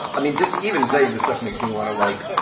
i mean, just even saying this stuff makes me want to, like,